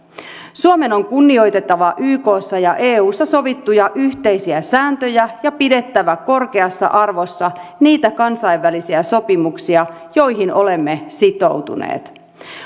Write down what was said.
suomen on kunnioitettava ykssa ja eussa sovittuja yhteisiä sääntöjä ja pidettävä korkeassa arvossa niitä kansainvälisiä sopimuksia joihin olemme sitoutuneet